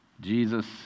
Jesus